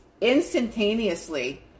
instantaneously